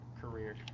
career